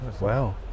Wow